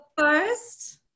first